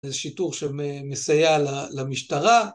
זה שיטור שמסייע למשטרה.